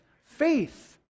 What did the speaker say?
faith